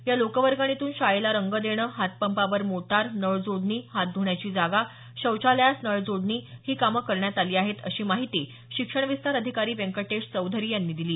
या लोकवर्गणीतून शाळेला रंग देणं हातपंपावर मोटार नळ जोडणी हात धुण्याची जागा शौचालयास नळ जोडणी ही काम करण्यात आली आहेत अशी माहिती शिक्षण विस्तार अधिकारी व्यंकटेश चौधरी यांनी दिली